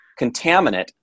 contaminant